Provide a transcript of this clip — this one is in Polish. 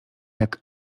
jak